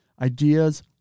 Ideas